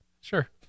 Sure